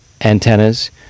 antennas